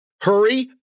Hurry